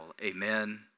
Amen